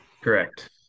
Correct